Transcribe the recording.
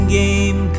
game